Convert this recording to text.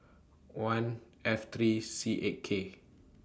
one F three C eight K